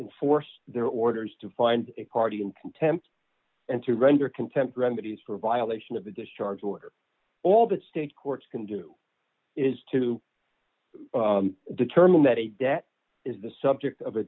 enforce their orders to find a party in contempt and to render contempt remedies for violation of the discharge order all the state courts can do is to determine that a death is the subject of